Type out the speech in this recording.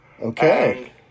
Okay